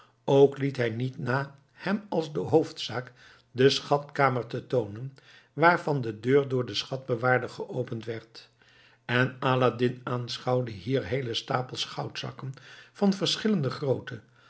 ook liet hij niet na hem als de hoofdzaak de schatkamer te toonen waarvan de deur door den schatbewaarder geopend werd en aladdin aanschouwde hier heele stapels goudzakken van verschillende grootte